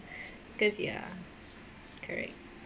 cause ya correct